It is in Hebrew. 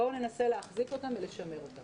בואו ננסה להחזיק אותן ולשמר אותן.